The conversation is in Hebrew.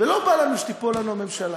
ולא בא לנו שתיפול לנו הממשלה.